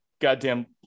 goddamn